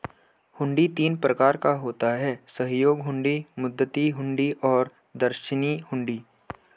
हुंडी तीन प्रकार का होता है सहयोग हुंडी, मुद्दती हुंडी और दर्शनी हुंडी